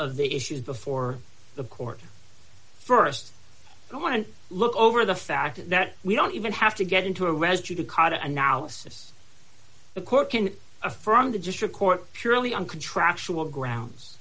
the issues before the court st i want to look over the fact that we don't even have to get into a rescue cost analysis the court can affirm the district court purely on contractual grounds